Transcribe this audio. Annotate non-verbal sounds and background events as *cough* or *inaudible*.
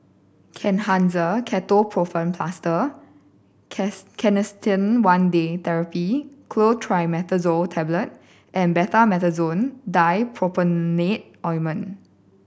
Kenhancer Ketoprofen Plaster *unintelligible* Canesten One Day Therapy Clotrimazole Tablet and Betamethasone Dipropionate Ointment